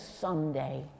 someday